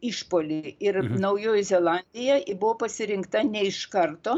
išpuolį ir naujoji zelandija buvo pasirinkta ne iš karto